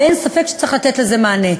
ואין ספק שצריך לתת לזה מענה.